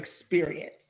experience